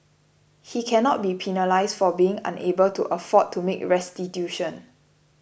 he cannot be penalised for being unable to afford to make restitution